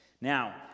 Now